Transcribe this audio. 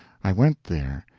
i went there,